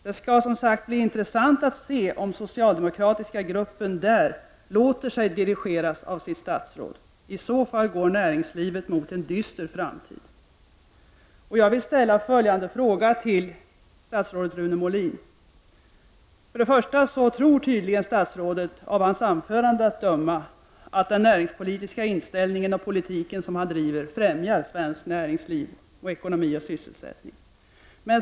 Det skall som sagt bli intressant att se om den socialdemokratiska grup pen låter sig dirigeras av sitt statsråd. I så fall går näringslivet mot en dyster framtid. Jag vill ställa en fråga till statsrådet Rune Molin: Tror statsrådet att svenska företag väljer att expandera i vårt land när företagsklimatet här präglas av den här gammaldags planhushållningsandan?